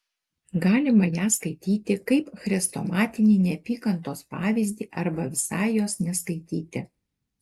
galima ją skaityti kaip chrestomatinį neapykantos pavyzdį arba visai jos neskaityti